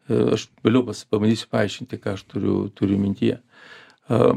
a aš vėliau pas pabandysiu paaiškinti ką aš turiu turiu mintyje am